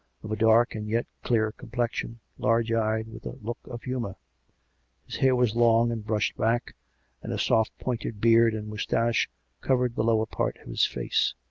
of a dark and yet clear complexion, large-eyed, with a look of humour his hair was long and brushed back and a soft, pointed beard and moustache covered the lower part of his face.